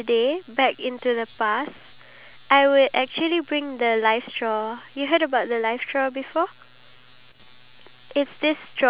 water just from the house I mean I know there's wells and everything but at the same time we need to make sure that the waters are actually clean